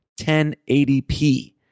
1080p